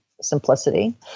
simplicity